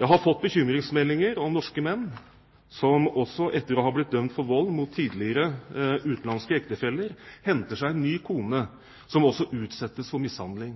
Jeg har fått bekymringsmeldinger om norske menn som også etter å ha blitt dømt for vold mot tidligere utenlandsk ektefelle, henter seg en ny kone, som også utsettes for mishandling.